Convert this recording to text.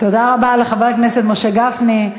תודה רבה לחבר הכנסת משה גפני.